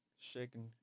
Shaking